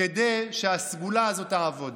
כדי שהסגולה הזאת תעבוד.